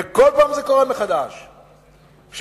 וכל פעם זה קורה מחדש, שממשלה,